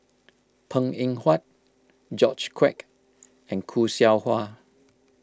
Png Eng Huat George Quek and Khoo Seow Hwa